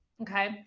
Okay